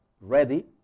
ready